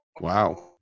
Wow